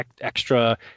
extra